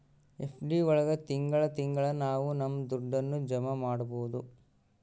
FD ಒಳಗ ತಿಂಗಳ ತಿಂಗಳಾ ನಾವು ನಮ್ ದುಡ್ಡನ್ನ ಜಮ ಮಾಡ್ಬೋದು